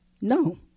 No